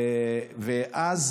ואז